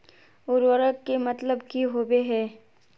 उर्वरक के मतलब की होबे है?